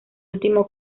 último